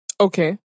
Okay